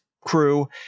crew